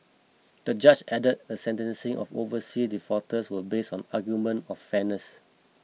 the judge added the sentencing of overseas defaulters was based on argument of fairness